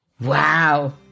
Wow